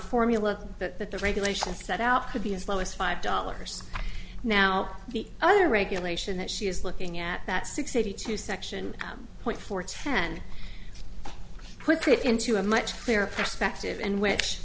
formula that that the regulations set out could be as low as five dollars now the other regulation that she is looking at that six eighty two section point four ten put it into a much clearer perspective and